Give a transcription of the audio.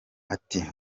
ati